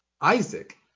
Isaac